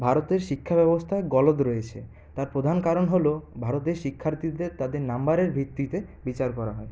ভারতের শিক্ষা ব্যবস্থায় গলদ রয়েছে তার প্রধান কারণ হল ভারতের শিক্ষার্থীদের তাদের নাম্বারের ভিত্তিতে বিচার করা হয়